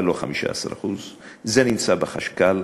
ולא 15%. זה נמצא אצל החשכ"ל.